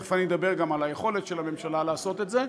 תכף אני אדבר גם על היכולת של הממשלה לעשות את זה,